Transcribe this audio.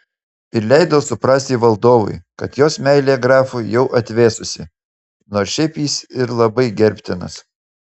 ir leido suprasti valdovui kad jos meilė grafui jau atvėsusi nors šiaip jis ir labai gerbtinas